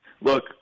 Look